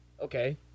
Okay